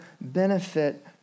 benefit